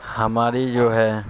ہماری جو ہے